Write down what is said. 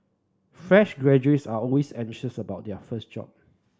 fresh graduates are always anxious about their first job